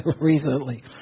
recently